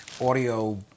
audio